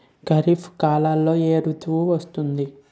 ఖరిఫ్ కాలంలో ఏ ఋతువులు వస్తాయి?